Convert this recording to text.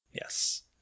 yes